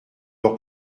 leur